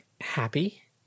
happy